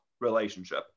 relationship